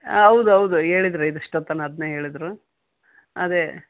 ಹೌದ್ ಹೌದು ಹೇಳಿದ್ರು ಇದು ಇಷ್ಟೊತ್ತನಕ ಅದನ್ನೇ ಹೇಳಿದ್ರು ಅದೆ